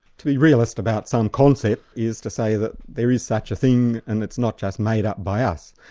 to be realist about some concept is to say that there is such a thing, and it's not just made up by us,